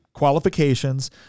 qualifications